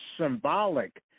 symbolic